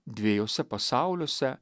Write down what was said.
dviejuose pasauliuose